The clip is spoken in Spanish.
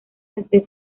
desde